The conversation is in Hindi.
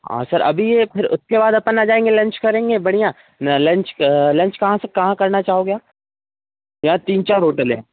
हाँ सर अभी ये फिर उसके बाद अपन आ जाएँगे लंच करेंगे बढ़िया न लंच लंच कहाँ से कहाँ करना चाहोगे आप यहाँ तीन चार होटल हैं